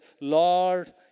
Lord